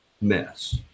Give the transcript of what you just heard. mess